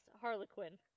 Harlequin